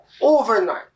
overnight